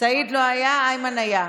סעיד לא היה, איימן היה.